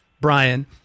Brian